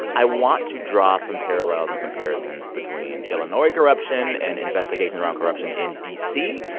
i want to draw some parallels and comparisons between illinois corruption and investigation around corruption in d c.